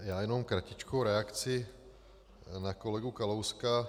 Já jenom kratičkou reakci na kolegu Kalouska.